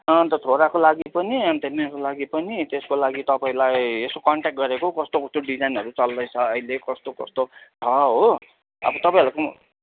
अन्त छोराको लागि पनि अन्त मेरो लागि पनि त्यसको लागि तपाईँलाई यसो कन्ट्याक गरेको कस्तो कस्तो डिजाइनहरू चल्दैछ अहिले कस्तो कस्तो छ हो अब तपाईँहरूको